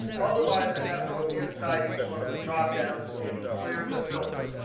otherwise, i'd have to go inside each one of the drop downs and clear the filter.